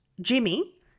Jimmy